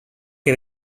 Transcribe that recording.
que